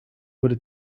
wurde